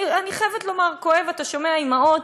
אני חייבת לומר שזה כואב שאתה שומע אימהות